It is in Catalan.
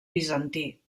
bizantí